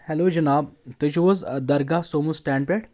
hello جناب تُہۍ چھِو حظ درگاہ سوموٗ سٹینٛڈ پؠٹھ